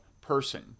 person